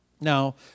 Now